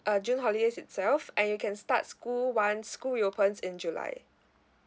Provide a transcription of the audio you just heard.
uh june holidays itself and you can start school once school reopens in july